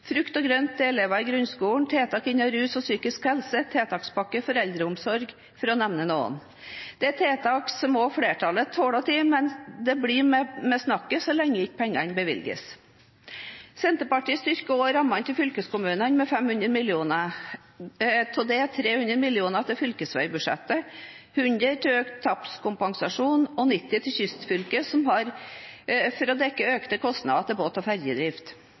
frukt og grønt til elever i grunnskolen, tiltak innen rus og psykisk helse, tiltakspakke for å styrke eldreomsorgen for å nevne noe. Dette er tiltak som også flertallet snakker om, men det blir med snakket så lenge ikke pengene bevilges. Senterpartiet styrker også rammene til fylkeskommunene med 500 mill. kr, hvorav 300 mill. kr til fylkesveibudsjettet, 100 mill. kr i økt tapskompensasjon og 90 mill. kr til kystfylkene for å dekke økte kostnader til båt og